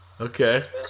Okay